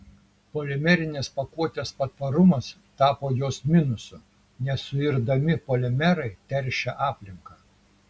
polimerinės pakuotės patvarumas tapo jos minusu nesuirdami polimerai teršia aplinką